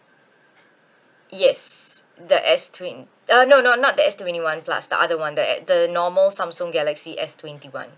yes the S twen~ uh no no not the S twenty one plus the other one the uh the normal samsung galaxy S twenty one